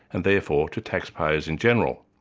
and therefore to taxpayers in general.